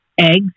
eggs